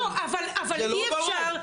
לא, אבל אי אפשר.